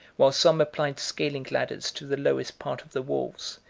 while some applied scaling-ladders to the lowest part of the walls,